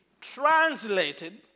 translated